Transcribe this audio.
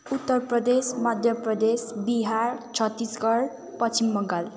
Uttar Pradesh Madhya Pradesh Bihar Chhattisgarh Paschim Bengal